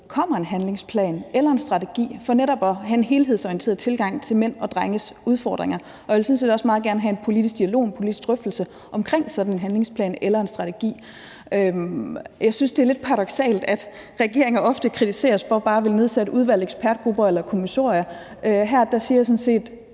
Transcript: kommer en handlingsplan eller en strategi for netop at have en helhedsorienteret tilgang til mænd og drenges udfordringer. Jeg vil sådan set også meget gerne have en politisk dialog, en politisk drøftelse omkring sådan en handlingsplan eller en strategi. Jeg synes, det er lidt paradoksalt, at regeringer ofte kritiseres for bare at ville nedsætte udvalg, ekspertgrupper eller kommissorier. Her siger jeg sådan set,